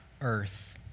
earth